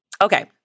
Okay